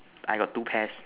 I got two pairs